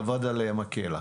אבד עליהם הכלח.